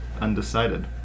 undecided